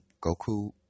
Goku